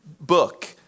book